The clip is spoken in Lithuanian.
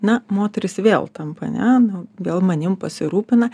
na moteris vėl tampa ane nu vėl manim pasirūpina